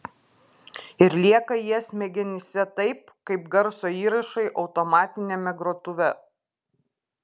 ir lieka jie smegenyse taip kaip garso įrašai automatiniame grotuve